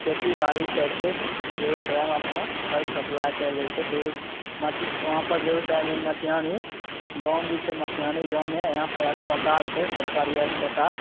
खेती बाड़ी करिके बेगूसरायमे अपना फल सप्लाइ करि दै छै बेगू वहाँपर माटी बेगूसरायमे मटिहानी गाम भी छै मटिहानी गाममे यहाँपर अस्पताल छै सरकारी अस्पताल